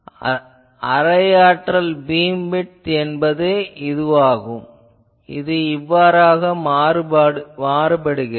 இதில் அரை ஆற்றல் பீம்விட்த் என்பது இதுவாகும் இது இவ்வாறாக மாறுபடுகிறது